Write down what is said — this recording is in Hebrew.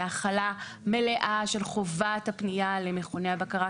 להחלה מלאה של חובת הפנייה למכוני הבקרה,